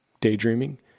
daydreaming